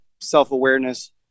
self-awareness